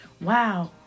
Wow